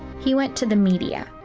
he went to the media.